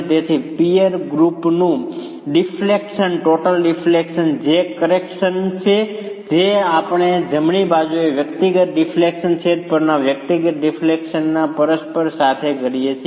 તેથી પિયર ગ્રૂપનું deflection total deflection જે કરેક્શન છે જે આપણે જમણી બાજુએ વ્યક્તિગત ડિફ્લેક્શન છેદ પરના વ્યક્તિગત ડિફ્લેક્શનના પરસ્પર સાથે કરીએ છીએ